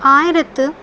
ஆயிரத்து